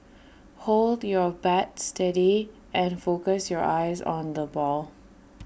hold your bat steady and focus your eyes on the ball